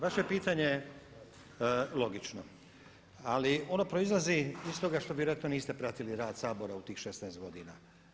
Vaše pitanje je logično, ali ono proizlazi iz toga što vjerojatno niste pratili rad Sabora u tih 16 godina.